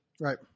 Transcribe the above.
Right